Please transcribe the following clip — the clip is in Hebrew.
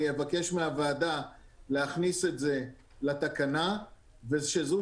אני אבקש מהוועדה להכניס את זה לתקנה ושזו